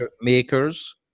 makers